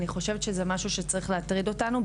אני חושבת שזה משהו שצריך להטריד אותנו,